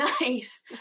nice